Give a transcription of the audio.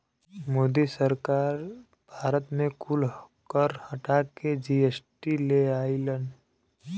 मोदी सरकार भारत मे कुल कर हटा के जी.एस.टी ले अइलन